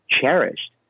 cherished